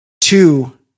Two